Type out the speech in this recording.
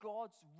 God's